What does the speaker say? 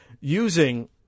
using